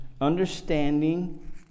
understanding